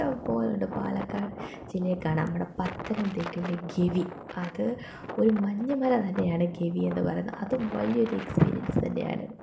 പോകാറുണ്ട് പാലക്കാട് ജില്ലയ്ക്കാണു നമ്മുടെ പത്തനംതിട്ടയിലെ ഗവി അത് ഒരു മഞ്ഞുമല തന്നെയാണ് ഗവി എന്നു പറയുന്നത് അതും വലിയൊരു എക്സ്പീരിയൻസ് തന്നെയാണ്